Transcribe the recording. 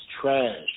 trash